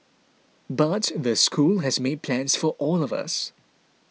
but the school has made plans for all of us